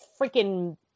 freaking